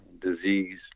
disease